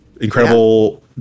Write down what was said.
Incredible